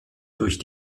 durch